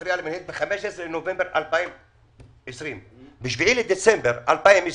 אני אחראי על המנהלת מתאריך 15 בנובמבר 2020. ב-7 בדצמבר 2020,